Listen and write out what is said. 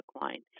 line